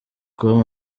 com